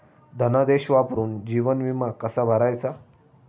धनादेश वापरून जीवन विमा कसा भरायचा?